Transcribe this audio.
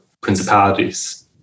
principalities